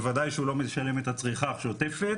בוודאי שהוא לא משלם את הצריכה השוטפת